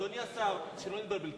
אדוני השר, שלא נתבלבל.